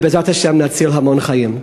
ובעזרת השם נציל המון חיים.